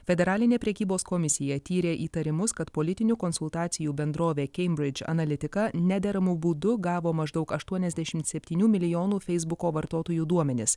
federalinė prekybos komisija tyrė įtarimus kad politinių konsultacijų bendrovė keimbridž analitika nederamu būdu gavo maždaug aštuoniasdešimt septynių mlnijonų feisbuko vartotojų duomenis